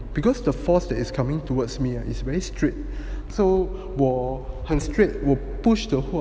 because the force that is coming towards me and it's very straight so 我很 straight so 我 push 的话